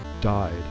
died